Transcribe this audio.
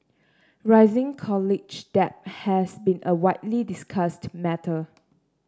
rising college debt has been a widely discussed matter